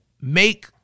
make